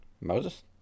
Moses